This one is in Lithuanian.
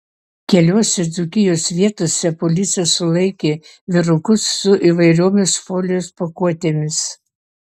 keliose dzūkijos vietose policija sulaikė vyrukus su įvairiomis folijos pakuotėmis